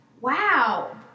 wow